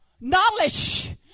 knowledge